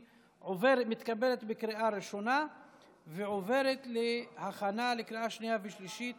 מתקבלת בקריאה ראשונה ועוברת להכנה לקריאה שנייה ושלישית